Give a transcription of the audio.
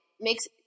makes